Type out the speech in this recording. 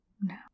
No